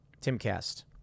Timcast